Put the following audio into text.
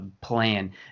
plan